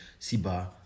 Siba